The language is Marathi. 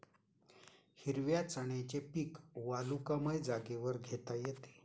हिरव्या चण्याचे पीक वालुकामय जागेवर घेता येते